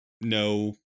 no